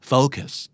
Focus